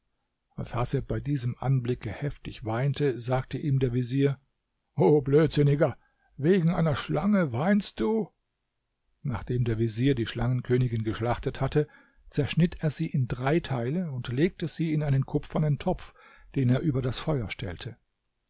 als haseb bei diesem anblicke heftig weinte sagte ihm der vezier o blödsinniger wegen einer schlange weinst du nachdem der vezier die schlangenkönigin geschlachtet hatte zerschnitt er sie in drei teile und legte sie in einen kupfernen topf den er über das feuer stellte